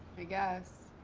i guess.